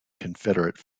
confederate